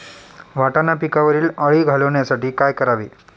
वाटाणा पिकावरील अळी घालवण्यासाठी काय करावे?